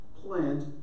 plant